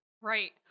Right